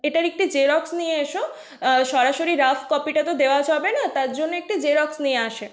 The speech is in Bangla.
এটার একটি জেরক্স নিয়ে এসো সরাসরি রাফ কপিটা তো দেওয়া যাবে না তার জন্য একটি জেরক্স নিয়ে আসে